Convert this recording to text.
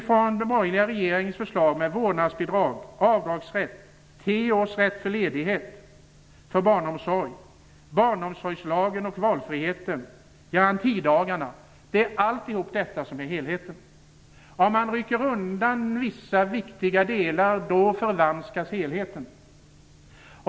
Den borgerliga regeringens förslag med vårdnadsbidrag, avdragsrätt, tre års rätt för ledighet för barnomsorg, barnomsorgslagen och valfriheten, garantidagarna - alltihop detta är helheten. Om man rycker undan vissa viktiga delar då förvanskas helheten.